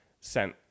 sent